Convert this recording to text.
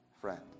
friend